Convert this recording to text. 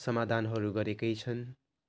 समाधानहरू गरेकै छन्